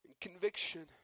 Conviction